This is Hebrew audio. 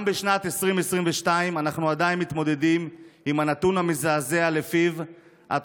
גם בשנת 2022 אנחנו עדיין מתמודדים עם הנתון המזעזע שלפיו עד